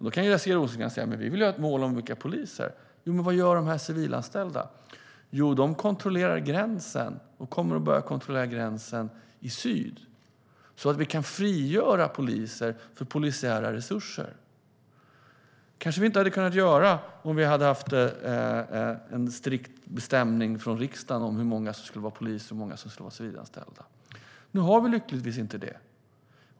Då kan Jessica Rosencrantz säga att man vill ha ett mål om att öka antalet poliser. Men vad gör de civilanställda? Jo, de kontrollerar gränsen. De kommer att börja kontrollera gränsen i syd så att vi kan frigöra poliser för polisiära resurser. Det hade vi kanske inte kunnat göra om vi hade haft en strikt bestämmelse från riksdagen om hur många som ska vara poliser och hur många som ska vara civilanställda. Nu har vi lyckligtvis inte det.